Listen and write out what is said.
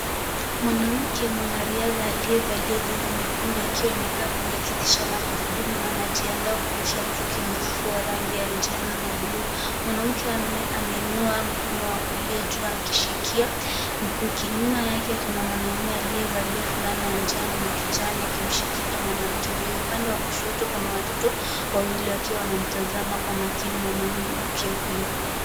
Mwanamke mwanariadha aliyevalia jezi nyekundu akiwa amekaa kwenye kiti cha magurudumu na anajiandaa kurusha mkuki mrefu wa rangi ya njano na buluu. Mwanamke ameinua mkono wa kulia juu akishikia mkuki. Nyuma yake kuna mwanaume aliyevalia fulana ya njano na kijani akimshikilia mwanamke huyo. Upande wa kushoto kuna watoto wawili wakiwa wanamtazama kwa makini mwanamke huyo.